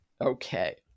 Okay